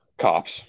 cops